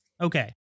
Okay